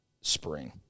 spring